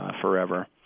forever